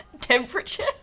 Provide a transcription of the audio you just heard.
Temperature